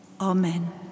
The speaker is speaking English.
Amen